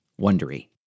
Wondery